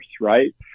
right